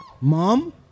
Mom